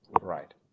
Right